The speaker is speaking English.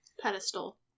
Pedestal